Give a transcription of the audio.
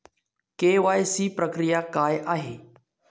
KYC प्रक्रिया काय आहे?